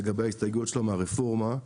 לגבי ההסתייגויות שלו מהרפורמה,